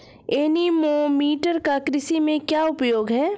Anemometer का कृषि में क्या उपयोग है?